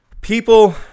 people